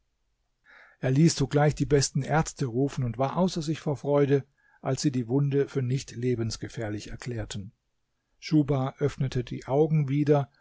er ließ sogleich die besten ärzte rufen und war außer sich vor freude als sie die wunde für nicht lebensgefährlich erklärten schuhba öffnete die augen wieder